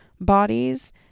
bodies